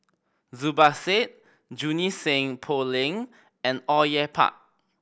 Zubir Said Junie Sng Poh Leng and Au Yue Pak